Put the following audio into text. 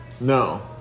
No